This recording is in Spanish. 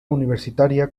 universitaria